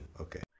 Okay